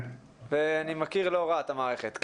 ואני מכיר לא רע את המערכת.